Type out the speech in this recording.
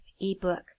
ebook